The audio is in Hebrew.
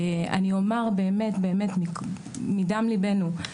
אני אומר באמת באמת מדם לבנו,